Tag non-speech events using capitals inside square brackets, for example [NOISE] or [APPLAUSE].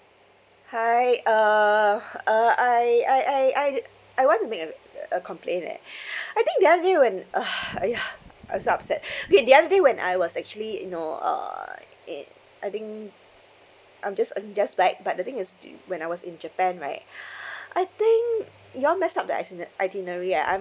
hi uh [NOISE] uh I I I I I want to make a uh a complaint leh [BREATH] I think the other day when [NOISE] !aiya! I'm so upset [BREATH] okay the other day when I was actually you know uh in I think I'm just I'm just back but the thing du~ when I was in japan right [BREATH] I think you all messed up the itiner~ itinerary ah I'm